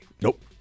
Nope